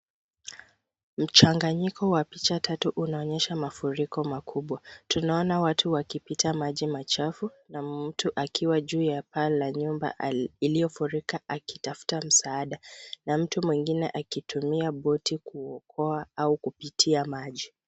Mchanganyiko wa picha tatu unaonyesha mafuriko makubwa. Tunaona watu wakipita maji machafu. Na mtu akiwa juu ya paa la nyumba iliyofurika akitafuta msaada. Na mtu mwingine akitumia boti kuokoa au kupitia maji.